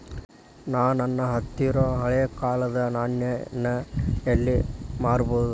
ನಾ ನನ್ನ ಹತ್ರಿರೊ ಹಳೆ ಕಾಲದ್ ನಾಣ್ಯ ನ ಎಲ್ಲಿ ಮಾರ್ಬೊದು?